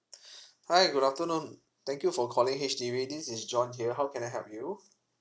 hi good afternoon thank you for calling H_D_B this is john here how can I help you